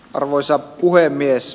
arvoisa puhemies